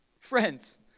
Friends